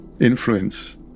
influence